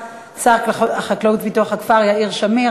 שר החקלאות ופיתוח הכפר יאיר שמיר.